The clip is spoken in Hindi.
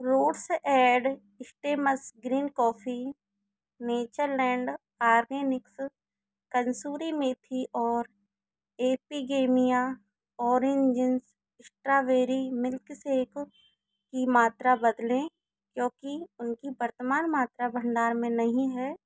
roots and stems green coffee Natureland organics कंसूरी मेथी और एपिगैमीआ ओरिन्जिन्स स्ट्राबेरी मिल्कसेक की मात्रा बदलें क्योंकि उनकी वर्तमान मात्रा भंडार में नहीं है